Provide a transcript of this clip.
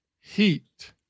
Heat